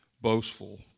boastful